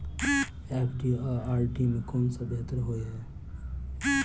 FD आ RD मे केँ सा बेहतर होइ है?